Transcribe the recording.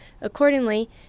Accordingly